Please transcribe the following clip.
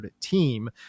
team